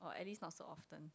or at least not so often